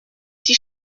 die